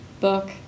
book